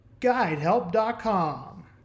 GuideHelp.com